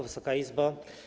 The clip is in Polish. Wysoka Izbo!